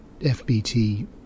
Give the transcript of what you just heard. FBT